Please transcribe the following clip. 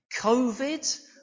COVID